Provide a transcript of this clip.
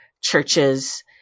churches